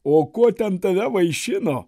o kuo ten tave vaišino